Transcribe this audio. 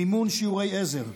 מימון שיעורי עזר,